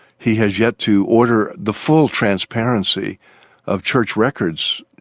he has yet to order the full transparency of church records,